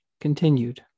continued